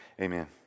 Amen